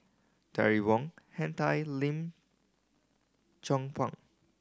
Terry Wong Henn Tan Lim Chong Pang